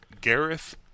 Gareth